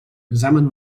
examen